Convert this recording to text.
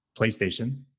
PlayStation